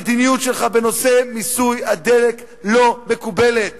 המדיניות שלך בנושא מיסוי הדלק לא מקובלת,